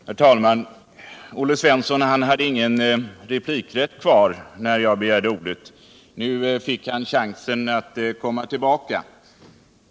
Herr talman! Olle Svensson hade ingen replikrätt kvar när jag begärde ordet, men han fick chansen att komma tillbaka.